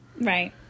Right